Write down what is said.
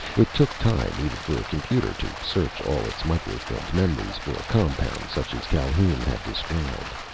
it took time even for a computer to search all its microfilmed memories for a compound such as calhoun had described.